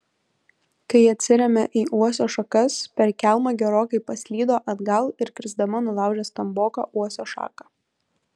kai atsirėmė į uosio šakas per kelmą gerokai paslydo atgal ir krisdama nulaužė stamboką uosio šaką